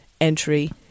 entry